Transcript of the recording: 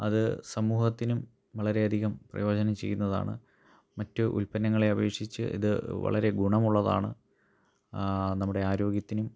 അത് സമൂഹത്തിനും വളരെ അധികം പ്രയോജനം ചെയ്യുന്നതാണ് മറ്റ് ഉൽപ്പന്നങ്ങളെ അപേക്ഷിച്ച് ഇത് വളരെ ഗുണമുള്ളതാണ് നമ്മുടെ ആരോഗ്യത്തിനും